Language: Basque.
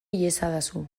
iezadazu